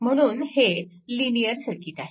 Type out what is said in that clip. म्हणून हे linear circuit आहे